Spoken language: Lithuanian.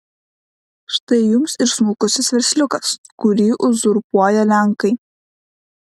štai jums ir smulkusis versliukas kurį uzurpuoja lenkai